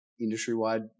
industry-wide